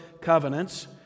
covenants